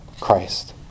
Christ